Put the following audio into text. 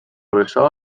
ressò